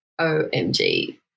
OMG